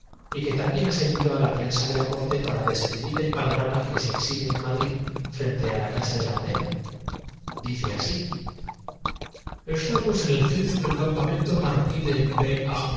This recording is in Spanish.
y que también ha servido á la prensa de principia todo por la cola la corte para describir el panorama que se exhibe en y efectivamente los viajeros observaban la batalla madrid frente á la casa de la moneda dice así de tetuán con el orden cronológico invertido como estamos en el centro del campamento marroquí de